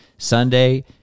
Sunday